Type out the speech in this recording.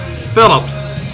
Phillips